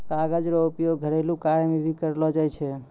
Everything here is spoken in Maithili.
कागज रो उपयोग घरेलू कार्य मे भी करलो जाय छै